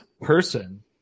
person